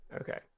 Okay